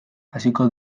hasiko